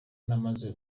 namaze